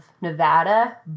Nevada